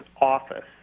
office